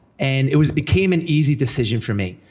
and it was, became an easy decision for me,